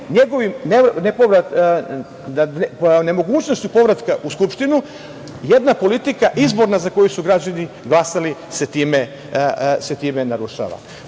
njegovom nemogućnošću povratka u Skupštinu jedna politika izborna za koju su građani glasali se time narušava. Pošto